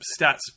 stats